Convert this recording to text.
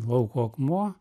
lauko akmuo